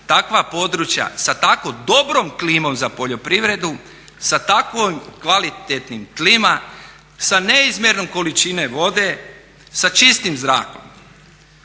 takva područja sa tako dobrom klimom za poljoprivredu, sa takom kvalitetnim …, sa neizmjernom količinom vode, sa čistim zrakom.